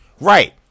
right